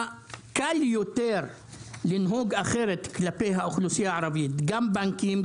קל יותר לנהוג אחרת כלפי האוכלוסייה הערבית גם בנקים,